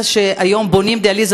היום בונים עמדות דיאליזה,